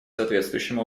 соответствующим